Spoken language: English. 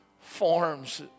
forms